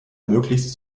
möglichst